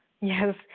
yes